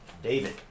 David